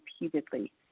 repeatedly